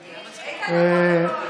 איתן, לפרוטוקול מודיעים.